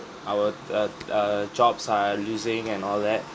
our uh err jobs are losing and all that